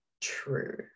true